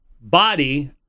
body